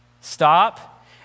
stop